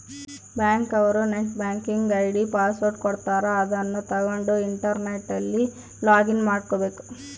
bank ಅವ್ರು net banking ID password ಕೊಡ್ತಾರ ಅದುನ್ನ ತಗೊಂಡ್ ಇಂಟರ್ನೆಟ್ ಅಲ್ಲಿ ಲೊಗಿನ್ ಮಾಡ್ಕಬೇಕು